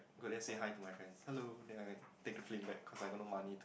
go there and say hi to my friends hello then I may take a plane back cause I got no money to